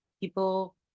people